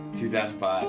2005